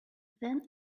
then